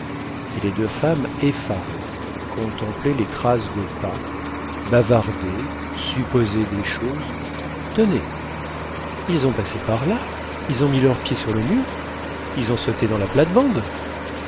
et les deux femmes effarées contemplaient les traces de pas bavardaient supposaient des choses tenez ils ont passé par là ils ont mis leurs pieds sur le mur ils ont sauté dans la plate-bande